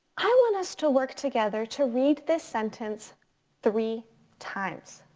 i want us to work together to read this sentence three times.